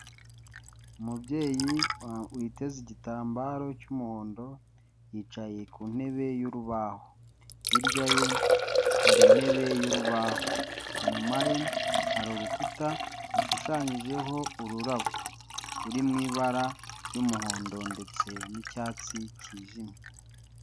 Umubyeyi witeze igitambaro cy' umuhondo yicaye ku ntebe y' urubaho, hirya ye hari intebe y' urubaho inyuma ye hari urukuta rushushanyijeho ururabo ruri m’ ibara ry' umuhondo ndetse n' icyatsi kijimye.